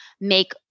make